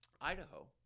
Idaho